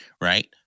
right